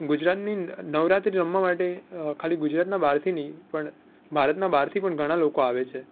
ગુજરાતની નવરાત્રિ રમવા માટે ખાલી ગુજરાતના બહારથી નહીં પણ ભારતના બહારથી પણ ઘણા લોકો આવે છે